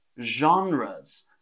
genres